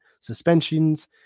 suspensions